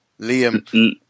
Liam